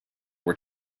were